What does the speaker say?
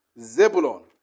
Zebulon